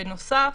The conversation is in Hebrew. בנוסף,